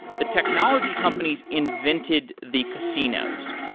the technology companies invented the casinos.